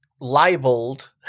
libeled